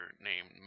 named